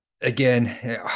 Again